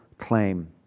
claim